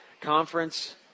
conference